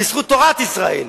בזכות תורת ישראל,